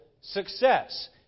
success